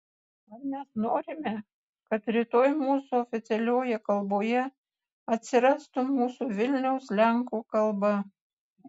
ar mes norime kad rytoj mūsų oficialioje kalboje atsirastų mūsų vilniaus lenkų kalba